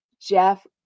Jeff